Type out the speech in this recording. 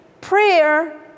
prayer